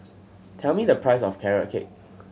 tell me the price of Carrot Cake